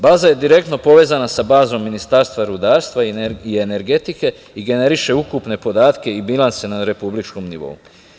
Baza je direktno povezana sa bazom Ministarstva rudarstva i energetike, i generiše ukupne podatke i bilanse na republičkom nivou.